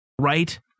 Right